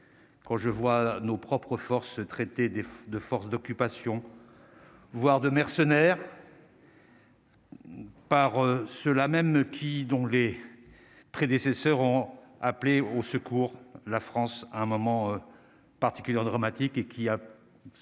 Quand je vois nos propres forces traité des de force d'occupation, voire de mercenaires. Par ceux-là mêmes qui dont les prédécesseurs ont appelé au secours la France à un moment particulier dramatique et qui a